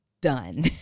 done